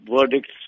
verdicts